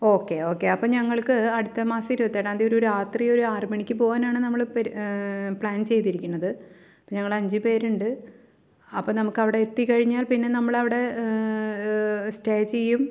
okay okay അപ്പം ഞങ്ങൾക്ക് അടുത്ത മാസം ഇരുപത്തേഴാന്തി ഒരു രാത്രി ഒരു ആറ് മണിക്ക് പോകാനാണ് പ്ലാൻ ചെയ്തിരിക്കുന്നത് ഞങ്ങളഞ്ചു പേരുണ്ട് അപ്പോൾ നമുക്കവിടെയെത്തി കഴിഞ്ഞാൽ പിന്നെ നമ്മളവിടെ സ്റ്റേ ചെയ്യും